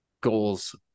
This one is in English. goals